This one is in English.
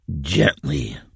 gently